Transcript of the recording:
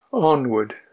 Onward